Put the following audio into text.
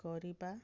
କରିବା